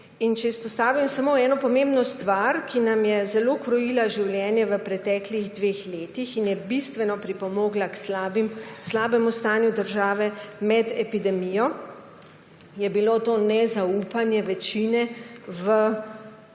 In če izpostavim samo eno pomembno stvar, ki nam je zelo krojila življenje v preteklih dveh letih in je bistveno pripomogla k slabemu stanju države med epidemijo, je bilo to nezaupanje večine